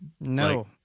No